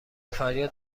فریاد